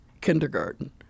kindergarten